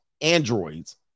Androids